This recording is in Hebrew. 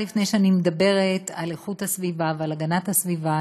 לפני שאני מדברת על איכות הסביבה ועל הגנת הסביבה,